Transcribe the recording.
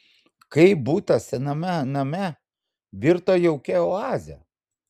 kaip butas sename name virto jaukia oaze